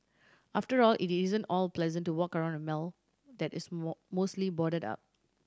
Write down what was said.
after all it isn't all pleasant to walk around a mall that is more mostly boarded up